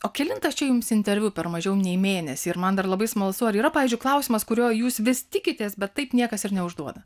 o kelintas čia jums interviu per mažiau nei mėnesį ir man dar labai smalsu ar yra pavyzdžiui klausimas kurio jūs vis tikitės bet taip niekas ir neužduoda